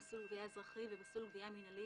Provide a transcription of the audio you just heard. "מסלול גבייה אזרחי" ו"מסלול גבייה מינהלי".